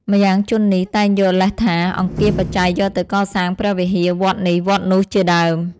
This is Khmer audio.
ម្យ៉ាងជននេះតែងយកលេសថា អង្គាសបច្ច័យយកទៅកសាងព្រះវិហារវត្តនេះវត្តនោះជាដើម ។